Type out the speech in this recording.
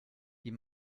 die